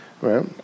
Right